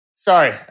Sorry